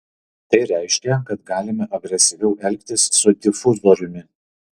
tai reiškia kad galime agresyviau elgtis su difuzoriumi